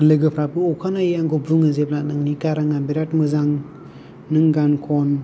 लोगोफ्राबो अखानायै आंखौ बुङो जेब्ला नोंनि गाराङा जोबोद मोजां नों गान खन